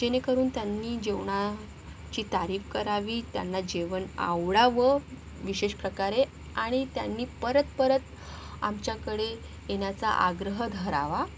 जेणेकरून त्यांनी जेवणाची तारीफ करावी त्यांना जेवण आवडावं विशेष प्रकारे आणि त्यांनी परत परत आमच्याकडे येण्याचा आग्रह धरावा